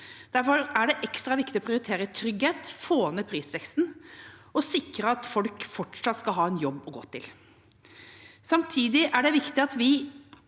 Derfor er det ekstra viktig å prioritere trygghet, få ned prisveksten og sikre at folk fortsatt skal ha en jobb å gå til. Samtidig er det viktig at vi,